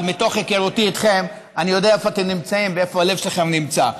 אבל מתוך היכרותי איתכם אני יודע איפה אתם נמצאים ואיפה הלב שלכם נמצא.